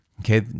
Okay